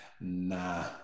nah